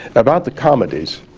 about the comedies.